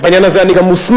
ובעניין הזה אני גם מוסמך,